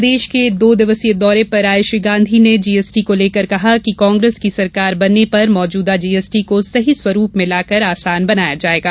प्रदेश के दो दिवसीय दौरे पर आये श्री गांधी ने जीएसटी को लेकर कहा कि कांग्रेस की सरकार बनने पर मौजूदा जीएसटी को सही स्वरूप में लाकर आसान बनाया जायेगा